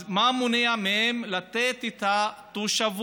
אז מה מונע מהם לתת את התושבות?